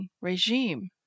regime